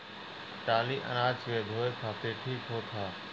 टाली अनाज के धोए खातिर ठीक होत ह